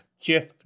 Jeff